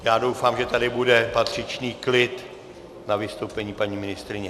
Já doufám, že tady bude patřičný klid na vystoupení paní ministryně.